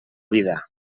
vida